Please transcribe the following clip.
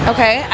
Okay